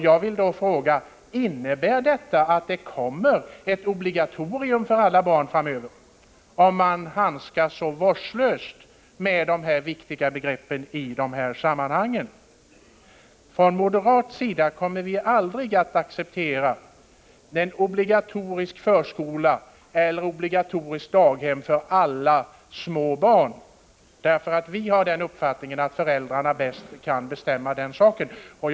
Jag vill därför fråga: Innebär detta att det kommer förslag om ett obligatorium för alla barn framöver, om man handskas så vårdslöst med de i dessa sammanhang viktiga begreppen? Från moderat sida kommer vi aldrig att acceptera en obligatorisk förskola eller obligatoriska daghem för alla små barn, för vi har den uppfattningen att föräldrarna bäst kan bestämma vilken omsorgsform barnen skall ha.